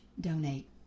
donate